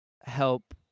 help